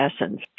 essence